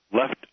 left